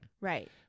Right